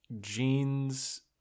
jeans